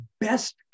best